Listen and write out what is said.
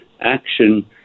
action